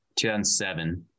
2007